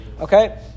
okay